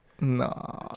No